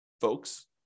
folks